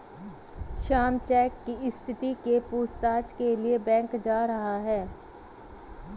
Shyam cheque की स्थिति के पूछताछ के लिए बैंक जा रहा है